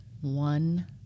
one